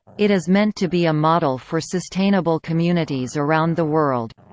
it is meant to be a model for sustainable communities around the world.